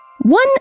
one